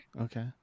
okay